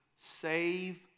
save